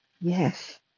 Yes